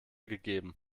gegeben